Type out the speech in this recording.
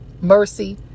mercy